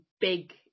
big